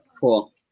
Cool